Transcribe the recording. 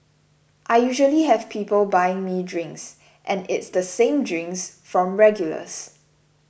I usually have people buying me drinks and it's the same drinks from regulars